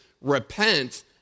repent